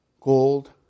Gold